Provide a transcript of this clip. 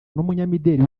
n’umunyamideli